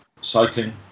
cycling